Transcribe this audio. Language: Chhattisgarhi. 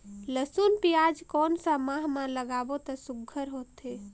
लसुन पियाज कोन सा माह म लागाबो त सुघ्घर होथे?